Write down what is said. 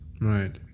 right